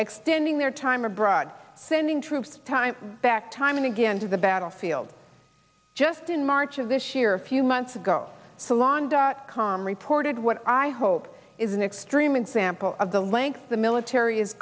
extending their time abroad sending troops time back time and again to the battlefield just in march of this year a few months ago salon dot com reported what i hope is an extreme example of the lengths the military is